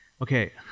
Okay